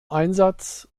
einsatz